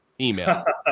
email